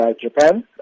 Japan